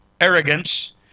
arrogance